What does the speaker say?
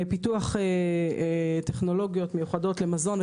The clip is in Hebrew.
פיתוח טכנולוגיות מיוחדות לייצור מזון,